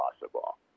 possible